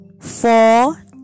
four